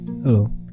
Hello